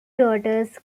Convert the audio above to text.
daughters